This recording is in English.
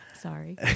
Sorry